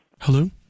Hello